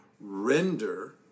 Render